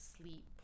sleep